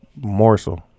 morsel